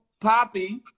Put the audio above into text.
Poppy